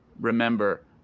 remember